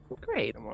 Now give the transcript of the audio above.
Great